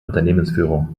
unternehmensführung